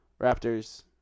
Raptors